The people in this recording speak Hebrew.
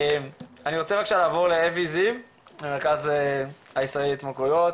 אני רוצה לעבור לאווי זיו מהמרכז הישראלי להתמכרויות.